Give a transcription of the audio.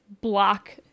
block